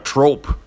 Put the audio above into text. Trope